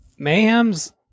mayhems